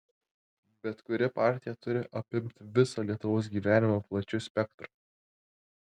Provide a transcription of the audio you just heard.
bet kuri partija turi apimt visą lietuvos gyvenimą plačiu spektru